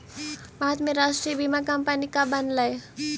भारत में राष्ट्रीय बीमा कंपनी कब बनलइ?